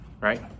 right